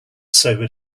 sobered